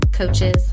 Coaches